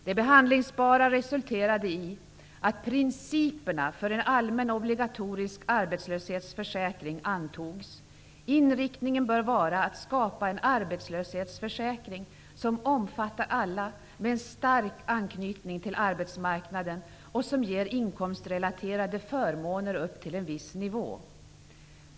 Det behandlingsbara resulterade i att principerna för en allmän obligatorisk arbetslöshetsförsäkring antogs. Inriktningen bör vara att skapa en arbetslöshetsförsäkring som omfattar alla med stark anknytning till arbetsmarknaden och som ger inkomstrelaterade förmåner upp till en viss nivå.